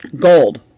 gold